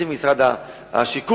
נציג משרד השיכון,